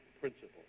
principle